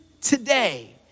today